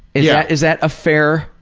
yeah is that a fair?